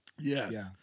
Yes